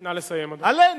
עלינו,